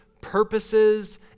purposes